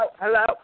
hello